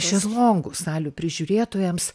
šezlongų salių prižiūrėtojams